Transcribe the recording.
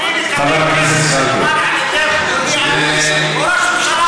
אני מקבל כסף ממומן על-ידי פלוני אלמוני?